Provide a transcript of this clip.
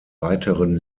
weiteren